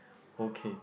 okay